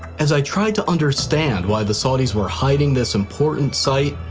as i tried to understand why the saudis were hiding this important site,